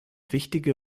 wichtige